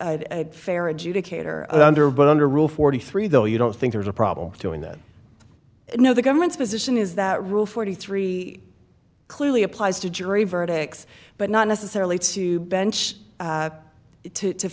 a fair adjudicator under but under rule forty three though you don't think there's a problem with doing that you know the government's position is that rule forty three clearly applies to jury verdicts but not necessarily to bench